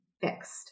fixed